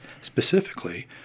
specifically